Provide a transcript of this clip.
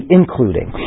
including